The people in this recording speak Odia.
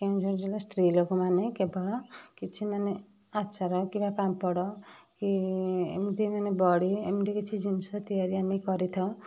କେଉଁଝର ଜିଲ୍ଲା ସ୍ତ୍ରୀ ଲୋକମାନେ କେବଳ କିଛି ମାନେ ଆଚାର କିମ୍ବା ପାମ୍ପଡ଼ କି ଏମିତି ମାନେ ବଡ଼ି ଏମିତି କିଛି ଜିନଷ ଆମେ ତିଆରି କରିଥାଉ